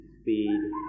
speed